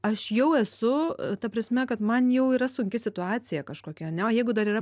aš jau esu ta prasme kad man jau yra sunki situacija kažkokia ane jeigu dar yra